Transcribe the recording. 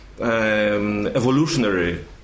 evolutionary